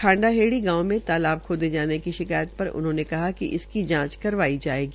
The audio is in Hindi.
खांडा हेड़ी गांव में तालाब खोदे जाने की शिकायत पर उन्होंन कहा कि इसकी जांच करवाई जायेगी